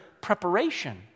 preparation